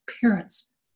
parents